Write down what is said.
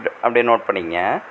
அப்படியே நோட் பண்ணிக்கோங்க